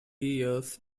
years